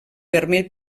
vermell